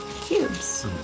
cubes